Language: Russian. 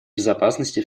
безопасности